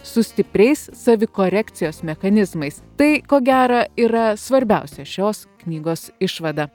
su stipriais savikorekcijos mechanizmais tai ko gero yra svarbiausia šios knygos išvada